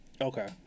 Okay